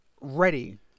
ready